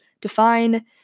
define